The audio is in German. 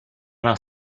nach